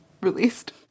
released